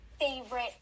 favorite